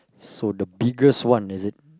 so the biggest one is it